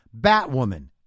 Batwoman